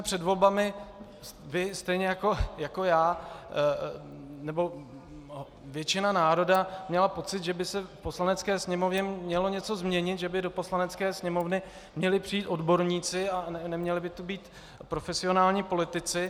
Před volbami jste vy stejně jako já nebo většina národa měli pocit, že by se v Poslanecké sněmovně mělo něco změnit, že by do Poslanecké sněmovny měli přijít odborníci a neměli by tu být profesionální politici.